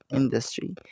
industry